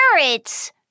carrots